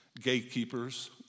gatekeepers